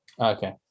Okay